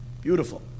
Beautiful